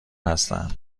هستن